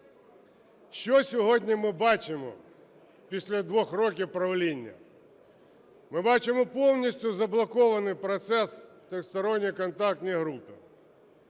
Що сьогодні ми бачимо після двох років правління? Ми бачимо повністю заблокований процес Тристоронньої контактної групи,